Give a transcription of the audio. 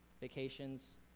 vacations